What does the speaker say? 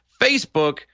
Facebook